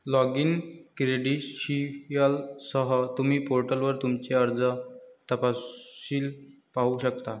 login क्रेडेंशियलसह, तुम्ही पोर्टलवर तुमचे कर्ज तपशील पाहू शकता